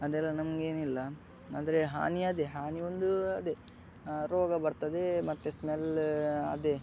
ಅದೆಲ್ಲ ನಮಗೇನಿಲ್ಲ ಅಂದರೆ ಹಾನಿ ಅದೇ ಹಾನಿ ಒಂದು ಅದೇ ರೋಗ ಬರ್ತದೆ ಮತ್ತೆ ಸ್ಮೆಲ್ಲ ಅದೇ